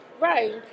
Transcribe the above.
right